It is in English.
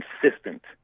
consistent